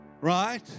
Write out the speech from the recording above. right